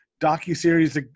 docu-series